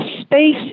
space